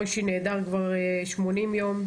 מוישי נעדר כבר 80 ימים,